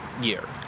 year